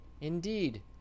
Indeed